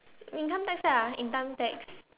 income tax lah income tax